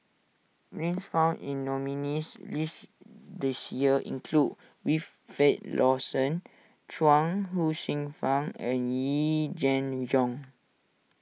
names found in nominees' list this year include Wilfed Lawson Chuang Hsueh Fang and Yee Jenn Jong